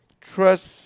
trust